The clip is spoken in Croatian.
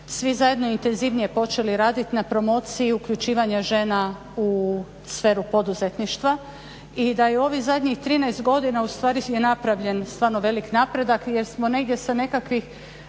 svi zajedno intenzivnije počeli raditi na promociji i uključivanja žena u sferu poduzetništva i da je u ovih zadnjih 13 godina ustvari napravljen stvarno veliki napredak jer smo negdje sa nekakvih